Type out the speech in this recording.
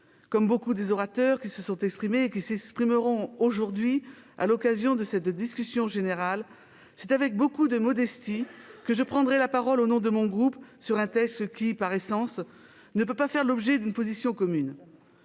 Comme beaucoup des orateurs qui sont intervenus et qui s'exprimeront aujourd'hui dans le cadre de cette discussion générale, c'est avec beaucoup de modestie que je prendrai la parole au nom de mon groupe sur un texte qui, par essence, ne peut pas faire l'objet d'une position commune.